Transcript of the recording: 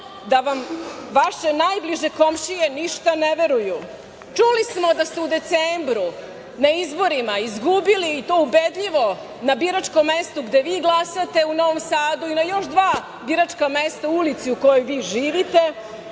da vam vaše najbliže komšije ništa ne veruju. Čuli smo da ste u decembru na izborima izgubili i to ubedljivo na biračkom mestu gde vi glasate u Novom Sadu i na još dva biračka mesta u ulici u kojoj vi živite.